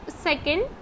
second